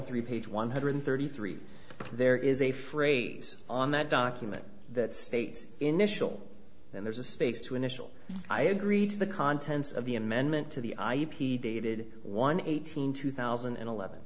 three page one hundred thirty three there is a phrase on that document that states initial then there's a space to initial i agreed to the contents of the amendment to the ip dated one eighteenth two thousand and eleven